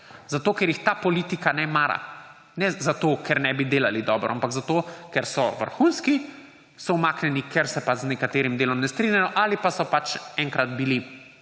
zato ker jih ta politika ne mara. Ne zato, ker ne bi delali dobro, ampak zato, ker so vrhunski, so umaknjeni, ker se pa z nekaterim delom ne strinjajo ali pa so pač enkrat bili